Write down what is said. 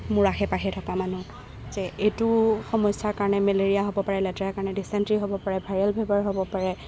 মোৰ আশে পাশে থকা মানুহ যে এইটো সমস্যাৰ কাৰণে মেলেৰীয়া হ'ব পাৰে লেতেৰা কাৰণে ডিচেণ্টেৰী হ'ব পাৰে ভাইৰেল ফিভাৰ হ'ব পাৰে